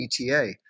ETA